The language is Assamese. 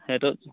সেইটো